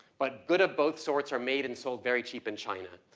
but good of both sorts are made and sold very cheap in china.